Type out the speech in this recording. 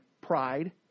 Pride